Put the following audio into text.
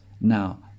now